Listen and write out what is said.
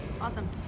Awesome